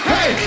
Hey